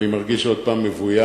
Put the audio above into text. אני מרגיש עוד פעם מבוים,